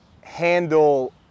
handle